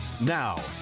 Now